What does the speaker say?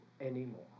anymore